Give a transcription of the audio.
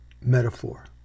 Metaphor